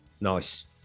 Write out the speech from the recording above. Nice